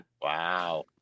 Wow